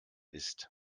ist